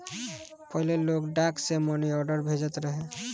पहिले लोग डाक से मनीआर्डर भेजत रहे